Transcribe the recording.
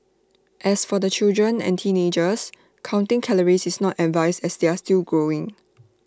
as for the children and teenagers counting calories is not advised as they are still growing